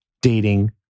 dating